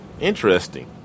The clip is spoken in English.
Interesting